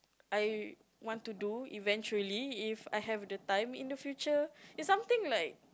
I want to do eventually if I have the time in the future it's something like